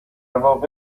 واقع